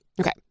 okay